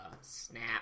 Snap